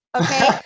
okay